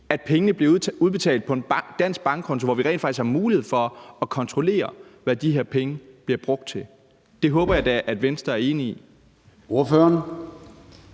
at pengene bliver udbetalt til en dansk bankkonto, hvor vi rent faktisk har mulighed for at kontrollere, hvad de her penge bliver brugt til. Det håber jeg da Venstre er enige i.